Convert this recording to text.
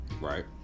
right